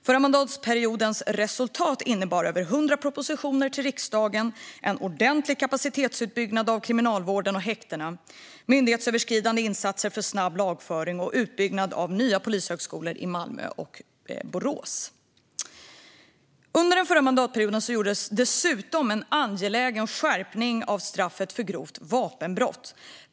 Förra mandatperiodens resultat innebar över 100 propositioner till riksdagen om en ordentlig kapacitetsutbyggnad av Kriminalvården och häktena, myndighetsöverskridande insatser för snabb lagföring och utbyggnad av nya polishögskolor i Malmö och Borås. Under förra mandatperioden gjordes dessutom en angelägen skärpning av straffet för grovt vapenbrott.